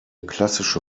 klassische